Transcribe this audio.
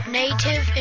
native